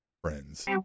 friends